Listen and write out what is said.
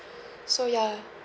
so ya